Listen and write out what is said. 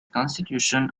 constitution